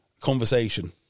conversation